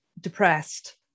depressed